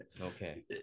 Okay